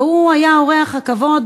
והוא היה אורח הכבוד,